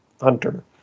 hunter